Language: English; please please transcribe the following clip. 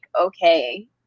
okay